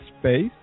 space